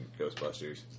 Ghostbusters